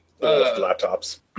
Laptops